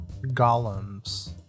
golems